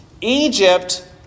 Egypt